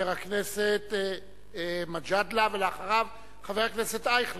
חבר הכנסת מג'אדלה, ואחריו, חבר הכנסת אייכלר.